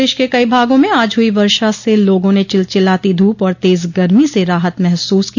प्रदेश के कई भागों में आज हुई वर्षा से लोगों ने चिलचिलाती धूप और तेज गर्मी से राहत महसूस की